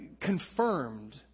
confirmed